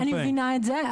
אני מבינה את זה,